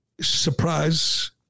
surprise